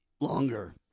longer